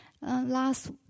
Last